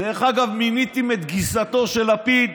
דרך אגב, מיניתם את גיסתו של לפיד,